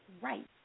right